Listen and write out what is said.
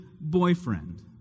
boyfriend